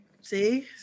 see